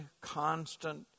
constant